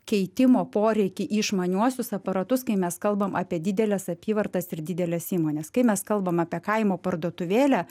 keitimo poreikį į išmaniuosius aparatus kai mes kalbam apie dideles apyvartas ir dideles įmones kai mes kalbam apie kaimo parduotuvėlę